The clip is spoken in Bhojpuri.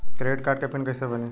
क्रेडिट कार्ड के पिन कैसे बनी?